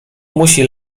musi